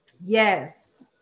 Yes